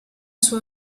suo